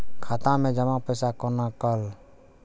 खाता मैं जमा पैसा कोना कल